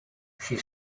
she